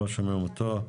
הלאומי,